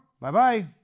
Bye-bye